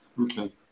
Okay